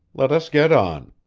let us get on.